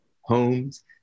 homes